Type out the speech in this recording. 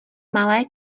malé